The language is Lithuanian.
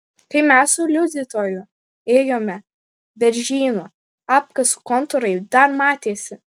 kai mes su liudytoju ėjome beržynu apkasų kontūrai dar matėsi